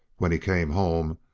when he came home,